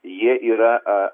jie yra